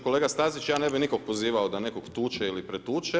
Kolega Stazić ja ne bih nikog pozivao da nekog tuče ili pretuče.